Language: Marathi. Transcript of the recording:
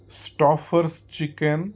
Stouffer's chicken